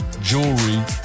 jewelry